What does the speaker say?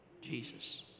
Jesus